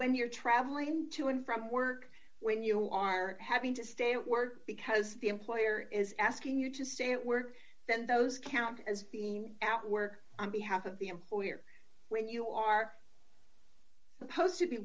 when you're traveling to and from work when you are having to stay at work because the employer is asking you to stay at work than those count as being at work on behalf of the employer when you are supposed to be